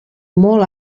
molt